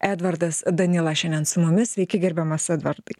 edvardas danila šiandien su mumis sveiki gerbiamas edvardai